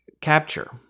capture